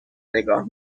نگاه